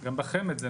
גם בחמ"ד.